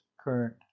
current